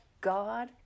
God